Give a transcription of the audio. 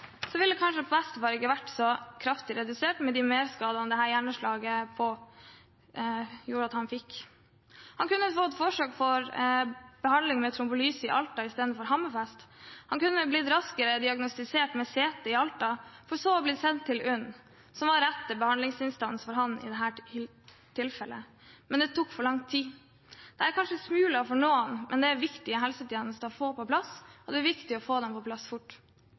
så kraftig redusert, med de merskadene dette hjerneslaget påførte ham. Han kunne fått forsøk på behandling med trombolyse i Alta i stedet for i Hammerfest. Han kunne blitt raskere diagnostisert med CT i Alta, for så å ha blitt sendt til UNN, Universitetssykehuset Nord-Norge, som var den rette behandlingsinstansen for ham i dette tilfellet. Men det tok for lang tid. Dette er kanskje «smuler» for noen, men det er viktige helsetjenester å få på plass, og det er viktig å få dem på plass fort.